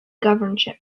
governorship